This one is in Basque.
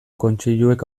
kontseiluek